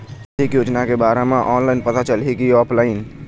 सामाजिक योजना के बारे मा ऑनलाइन पता चलही की ऑफलाइन?